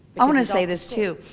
i wanna say this too.